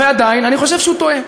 אבל עדיין, אני חושב שהוא טועה.